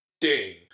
ding